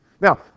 Now